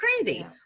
crazy